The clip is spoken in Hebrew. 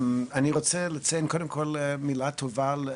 אני רוצה לציין קודם כל מילה טובה על